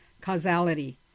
causality